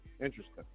Interesting